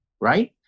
Right